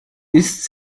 ist